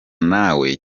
nawe